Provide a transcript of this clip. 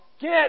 get